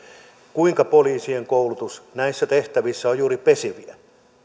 kuinka poliisien koulutus näissä tehtävissä on juuri spesifiä